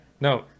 no